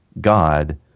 God